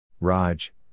Raj